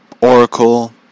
Oracle